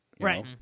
Right